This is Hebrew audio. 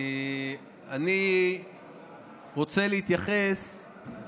אני רוצה להתייחס גם